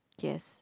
yes